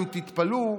תתפלאו,